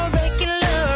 regular